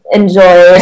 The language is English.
enjoy